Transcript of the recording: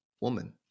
woman